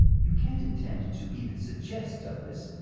you can't intend to even suggest, douglas,